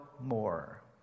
more